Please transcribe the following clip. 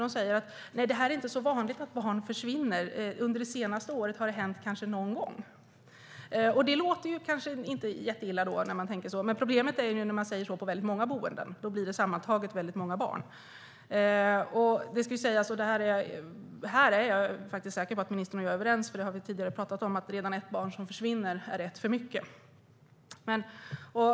De säger att det inte är så vanligt att barn försvinner, kanske någon gång under det senaste året. Det låter inte så illa. Problemet är när de säger så på många boenden. Då blir det sammantaget många barn. Här är jag säker på att ministern och jag är överens eftersom vi har talat om detta tidigare. Redan ett barn som försvinner är ett för mycket.